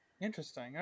Interesting